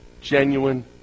Genuine